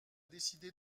décidé